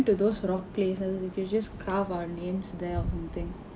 to those rock places we can just carve our names there or something